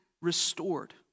restored